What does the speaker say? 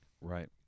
Right